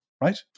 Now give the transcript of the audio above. right